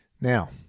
Now